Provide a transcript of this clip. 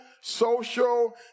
social